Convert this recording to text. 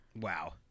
Wow